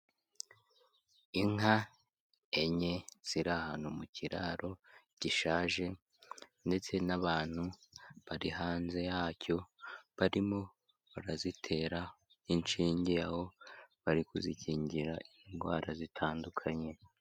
Inka enye ziri ahantu mu kiraro gishaje ndetse n'abantu bari hanze yacyo, barimo barazitera inshinge, aho bari kuzikingira indwara zitandukanye.